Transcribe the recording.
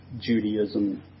Judaism